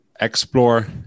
explore